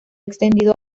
extendido